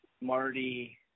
marty